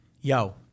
Yo